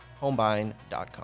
homebuying.com